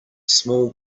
small